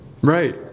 Right